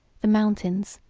the mountains,